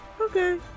Okay